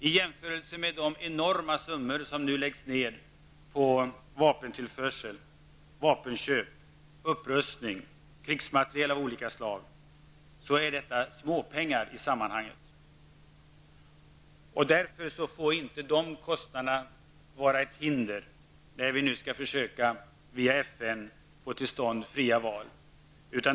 I jämförelse med de enorma summor som nu läggs ner på vapentillförsel, vapenköp, upprustning och krigsmateriel av olika slag är detta småpengar i sammanhanget. Därför får inte kostnaderna vara ett hinder när vi nu skall försöka att via FN få till stånd fria val.